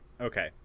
Okay